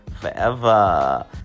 forever